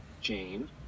Jane